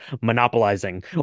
monopolizing